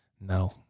No